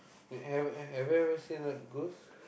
have I~ have I ever seen a ghost